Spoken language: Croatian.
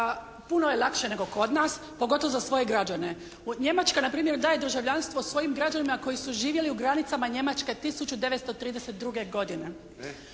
Puno je lakše nego kod nas, pogotovo za svoje građane. U Njemačkoj npr. daju državljanstvo svojim građanima koji su živjeli u granicama Njemačke 1932. godine.